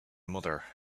mother